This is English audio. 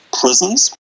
prisons